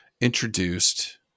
introduced